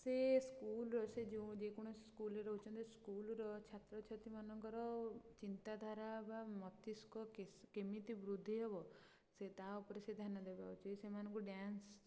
ସେ ସ୍କୁଲର ସେ ଯେଉଁ ଯେକୌଣସି ସ୍କୁଲର ରହୁଛନ୍ତି ସ୍କୁଲର ଛାତ୍ର ଛାତ୍ରୀମାନଙ୍କର ଚିନ୍ତାଧାରା ବା ମସ୍ତିଷ୍କ କେସ କେମିତି ବୃଦ୍ଧି ହେବ ସେ ତା'ଉପରେ ସେ ଧ୍ୟାନ ଦେବା ଉଚିତ୍ ସେମାନଙ୍କୁ ଡ୍ୟାନ୍ସ